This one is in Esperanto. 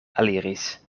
eliris